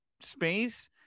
space